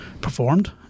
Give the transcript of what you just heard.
performed